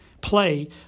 play